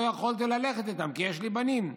לא יכולתי ללכת איתם כי יש לי בנים.